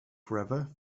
forever